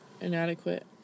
inadequate